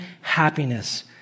happiness